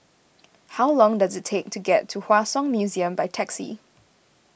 how long does it take to get to Hua Song Museum by taxi